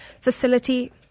facility